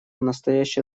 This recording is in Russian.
настоящее